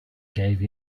gave